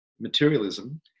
materialism